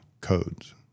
codes